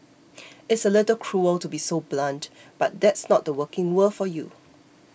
it's a little cruel to be so blunt but that's not the working world for you